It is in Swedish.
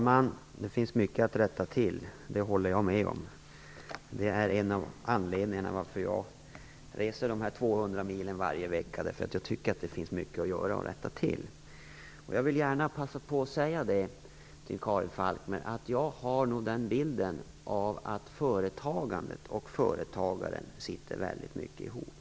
Herr talman! Jag håller med om att det finns mycket att rätta till. En av anledningarna till att jag reser 200 mil varje vecka är att jag tycker att det finns mycket att göra och att rätta till. Jag vill gärna passa på att säga till Karin Falkmer att jag har den inställningen att det är ett mycket starkt samband mellan företagandet och företagaren.